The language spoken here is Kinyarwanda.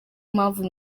mpamvu